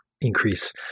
increase